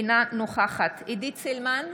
אינה נוכחת עידית סילמן,